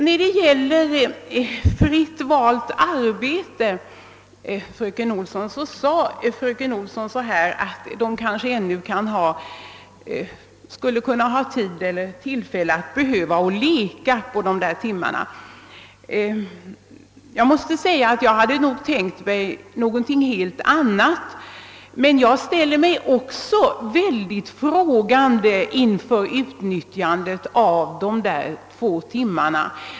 När det gäller fritt valt arbete framhöll fröken Olsson att eleverna i årskurs 7 kanske ännu skulle behöva en möjlighet att leka under ett par timmar. Jag måste säga att jag hade tänkt mig något helt annat, jag ställer mig i likhet med fröken Wetterström synnerligen frågande inför utnyttjandet av dessa timmar.